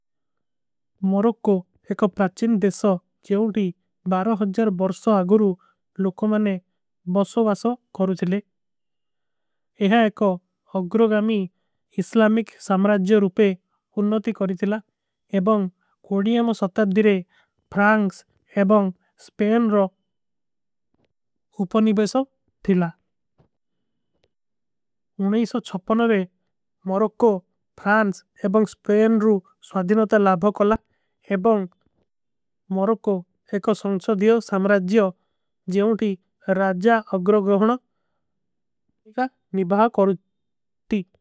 ମରୋକ କୋ ଏକ ପ୍ରାଚିନ ଦେଶ ଜେଵନ୍ଟୀ ବର୍ଶା ଅଗରୂ ଲୋକୋମାନେ ବସୋ। ଵାସୋ କରୂ ଥିଲେ ଏହା ଏକ ଅଗ୍ରୋଗାମୀ ଇସ୍ଲାମିକ ସାମରାଜ୍ଯ ରୂପେ। ହୁନ୍ଣତୀ କରୀ ଥିଲା ଏବଂଗ କୋଡିଯମ ସତ୍ଯାଦିରେ ଫ୍ରାଂକ୍ସ ଏବଂଗ ସ୍ପେନ। ରୋ ଉପନୀ ବୈସଵ ଥିଲା ମରୋକ କୋ ଫ୍ରାଂକ୍ସ। ଏବଂଗ ସ୍ପେନ ରୂପେ ସ୍ଵାଦିନତା ଲାଭଗ କଲା ଏବଂଗ ମରୋକ କୋ ଏକ। ସଂଚଦିଯୋ ସାମରାଜ୍ଯୋ ଜେଵନ୍ଟୀ ରାଜ୍ଯା ଅଗ୍ରୋଗ। ରୂପେ କା ନିଭାଗ କରୂ ଥୀ।